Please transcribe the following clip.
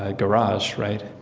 ah garage, right?